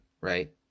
right